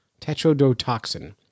Tetrodotoxin